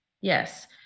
Yes